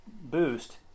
boost